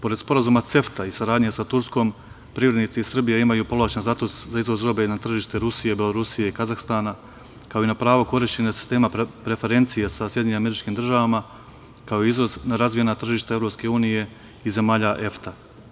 Pored sporazuma CEFTA i saradnje sa Turskom, privrednici Srbije imaju povlašćen status za izvoz robe na tržište Rusije, Belorusije i Kazahstana, kao i na pravo korišćenja sistema preferencije sa SAD, kao i izvoz na razvijena tržišta EU i zemalja EFTA.